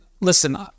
listen